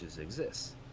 exists